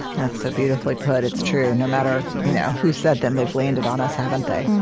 that's so beautifully put. it's true. no matter you know who said them, they've landed on us, haven't they?